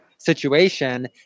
situation